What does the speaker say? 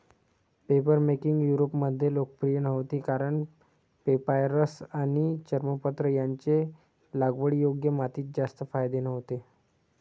papermaking युरोपमध्ये लोकप्रिय नव्हती कारण पेपायरस आणि चर्मपत्र यांचे लागवडीयोग्य मातीत जास्त फायदे नव्हते